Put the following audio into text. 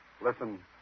Listen